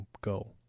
Go